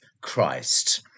Christ